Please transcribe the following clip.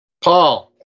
Paul